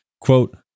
Quote